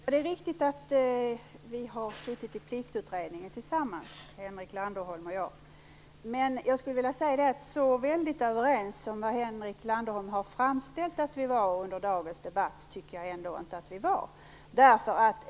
Fru talman! Det är riktigt att vi har suttit i Pliktutredningen tillsammans, Henrik Landerholm och jag. Men jag skulle vilja säga att så väldigt överens som Henrik Landerholm i dagens debatt har framställt att vi var, tycker jag ändå inte att vi var.